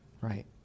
Right